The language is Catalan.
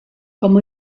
com